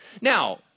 Now